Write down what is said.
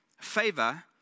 Favor